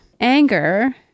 anger